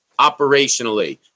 Operationally